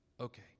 Okay